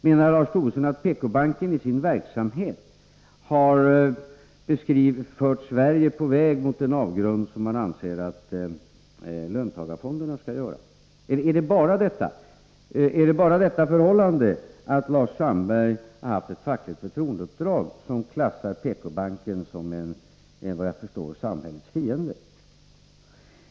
Menar Lars Tobisson att PK-banken i sin verksamhet har fört Sverige en bit på väg mot den avgrund som han anser att löntagarfonderna skall föra Sverige? Är det bara det förhållandet att Lars Sandberg har haft ett fackligt förtroendeuppdrag som klassar PK-banken som en — efter vad jag förstår — samhällets fiende?